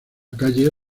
calle